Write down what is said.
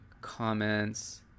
comments